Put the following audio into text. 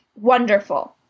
wonderful